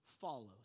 follows